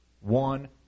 One